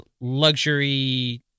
luxury